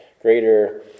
greater